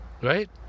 Right